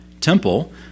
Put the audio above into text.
temple